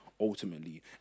ultimately